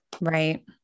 Right